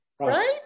right